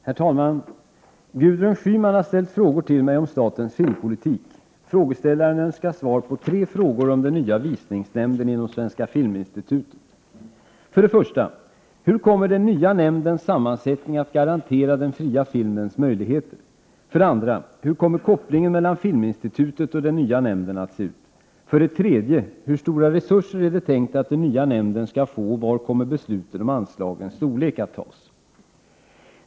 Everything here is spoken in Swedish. > AN å :” Om den statliga film Herr talman! Gudrun Schyman har ställt frågor till mig om statens mj politiken filmpolitik. Frågeställaren önskar svar på tre frågor om den nya Visningsnämnden inom Svenska filminstitutet. 1. Hur kommer den nya nämndens sammansättning att garantera den fria filmens möjligheter? 2. Hur kommer kopplingen mellan Filminstitutet och den nya nämnden att se ut? 3. Hur stora resurser är det tänkt att den nya nämnden skall få och var kommer besluten om anslagens storlek att tas?